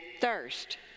thirst